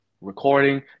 recording